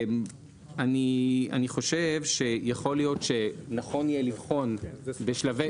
אני חושב שיכול להיות שנכון יהיה לבחון בשלבי